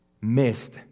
missed